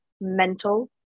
mental